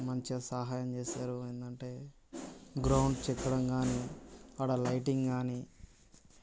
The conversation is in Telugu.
మంచిగా సహాయం చేస్తారు ఏంటంటే గ్రౌండ్ చెక్కడం కానీ ఆడ లైటింగ్ కానీ